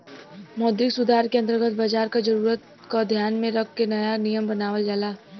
मौद्रिक सुधार के अंतर्गत बाजार क जरूरत क ध्यान में रख के नया नियम बनावल जाला